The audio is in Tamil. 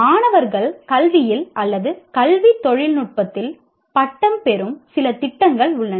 மாணவர்கள் கல்வியில் அல்லது கல்வி தொழில்நுட்பத்தில் பட்டம் பெறும் சில திட்டங்கள் உள்ளன